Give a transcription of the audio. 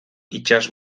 itsas